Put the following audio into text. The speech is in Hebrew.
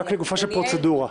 רק לגופה של פרוצדורה.